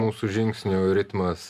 mūsų žingsnių ritmas